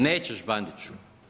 Nećeš Bandiću!